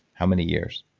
how many years?